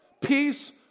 peace